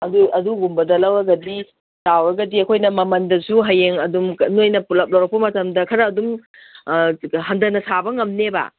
ꯑꯗꯨ ꯑꯗꯨꯒꯨꯝꯕꯗ ꯂꯧꯔꯒꯗꯤ ꯆꯥꯎꯔꯒꯗꯤ ꯑꯩꯈꯣꯏꯅ ꯃꯃꯜꯗꯁꯨ ꯍꯌꯦꯡ ꯑꯗꯨꯝ ꯅꯣꯏꯅ ꯄꯨꯂꯞ ꯂꯧꯔꯛꯄ ꯃꯌꯝꯗ ꯈꯔ ꯑꯗꯨꯝ ꯍꯟꯗꯅ ꯁꯥꯕ ꯉꯝꯅꯦꯕ